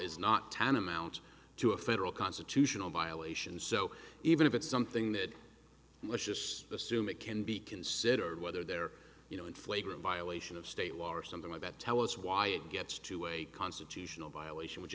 is not tantamount to a federal constitutional violation so even if it's something that let's just assume it can be considered whether they're you know in flagrant violation of state law or something like that tell us why it gets to a constitutional violation which